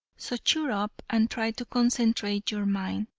so cheer up, and try to concentrate your mind,